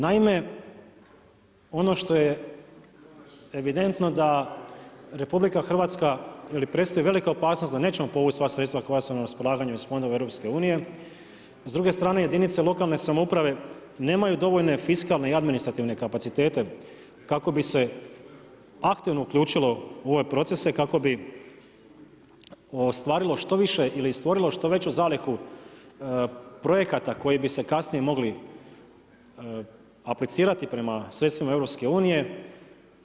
Naime, ono što je evidentno da RH predstoji velika opasnost da nećemo povući sva sredstva koja su nam na raspolaganju iz fondova EU-a, s druge strane jedinice lokalne samouprave nemaju dovoljne fiskalne i administrativne kapacitete kako bi se aktivno uključilo u ove procese kako bi ostvarilo što više ili stvorilo što veću zalihu projekata koji bi se kasnije mogli aplicirati prema sredstvima EU-a.